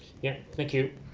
yup thank you